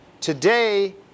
today